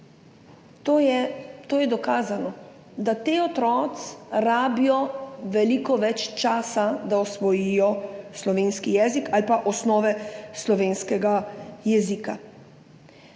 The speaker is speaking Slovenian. To je dokazano, da ti otroci rabijo veliko več časa, da usvojijo slovenski jezik ali osnove slovenskega jezika.